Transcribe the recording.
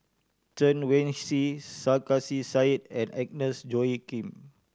Chen Wen Hsi Sarkasi Said and Agnes Joaquim